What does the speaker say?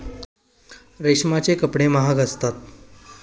रेशमाचे कपडे महाग असतात